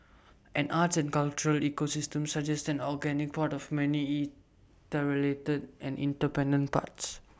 an arts and cultural ecosystem suggests an organic pot of many interrelated and inter pendent parts